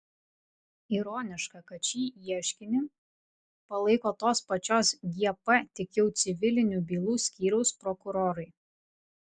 ironiška kad šį ieškinį palaiko tos pačios gp tik jau civilinių bylų skyriaus prokurorai